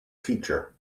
teacher